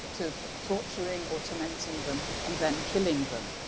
to torturing or tormenting them and then killing them.